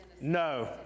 no